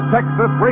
Texas